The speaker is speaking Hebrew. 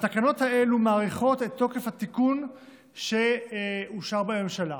והתקנות האלה מאריכות את תוקף התיקון שאושר בממשלה.